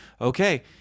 okay